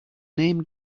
name